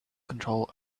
control